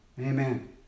Amen